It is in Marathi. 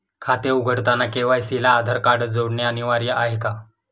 खाते उघडताना के.वाय.सी ला आधार कार्ड जोडणे अनिवार्य आहे का?